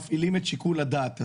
איך אתם מפעילים את שיקול הדעת הזה?